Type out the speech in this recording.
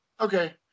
okay